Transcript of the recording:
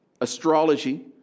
astrology